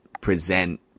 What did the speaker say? present